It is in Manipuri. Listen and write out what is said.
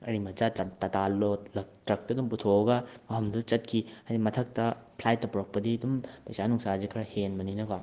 ꯒꯥꯔꯤ ꯃꯆꯥ ꯇ꯭ꯔꯛ ꯇꯇꯥ ꯂꯣꯠ ꯇ꯭ꯔꯛꯇ ꯑꯗꯨꯝ ꯄꯨꯊꯣꯛꯑꯒ ꯃꯐꯝꯗꯨꯗ ꯆꯠꯈꯤ ꯍꯥꯏꯗꯤ ꯃꯊꯛꯇ ꯐ꯭ꯂꯥꯏꯠꯇ ꯄꯨꯔꯛꯄꯗꯤ ꯑꯗꯨꯝ ꯄꯩꯁꯥ ꯅꯨꯡꯁꯥꯁꯦ ꯈꯔ ꯍꯦꯟꯕꯅꯤꯅꯀꯣ